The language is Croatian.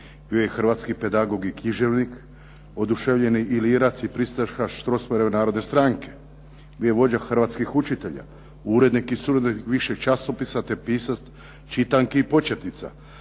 Bio je hrvatski pedagog i književnik, oduševljeni ilirac i pristaša Strossmayerove narodne stranke. Bio je vođa hrvatskih učitelja, urednik i suurednik više časopisa te pisac čitanki i početnica,